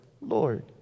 Lord